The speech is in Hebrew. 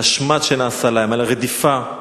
על השמד שנעשה להם, על הרדיפה,